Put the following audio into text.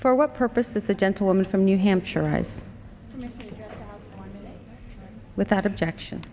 for what purposes the gentleman from new hampshire has without objection